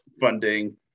funding